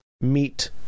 Meet